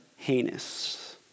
heinous